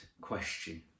question